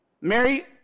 Mary